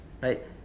right